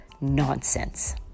nonsense